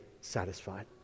satisfied